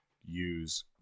use